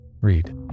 Read